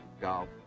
golf